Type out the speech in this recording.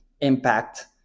impact